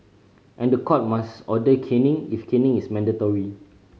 and the court must order caning if caning is mandatory